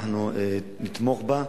ואנחנו נתמוך בה.